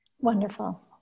Wonderful